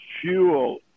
fuel